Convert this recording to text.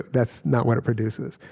that's not what it produces.